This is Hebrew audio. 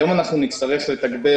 היום נצטרך לתגבר,